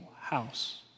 house